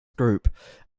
group